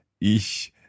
ich